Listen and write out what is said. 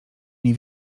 nie